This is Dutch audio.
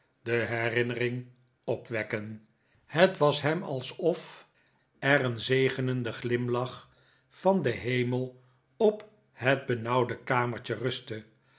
de herinnering opwekken het was hem alsof er een zegenenden glimlach van den hemel op het benauwde kamertje rustte